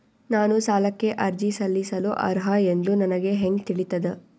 ನಾನು ಸಾಲಕ್ಕೆ ಅರ್ಜಿ ಸಲ್ಲಿಸಲು ಅರ್ಹ ಎಂದು ನನಗೆ ಹೆಂಗ್ ತಿಳಿತದ?